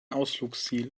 ausflugsziel